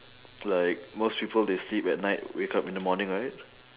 like most people they sleep at night wake up in the morning right